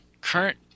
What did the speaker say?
current